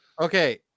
Okay